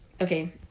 Okay